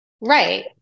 Right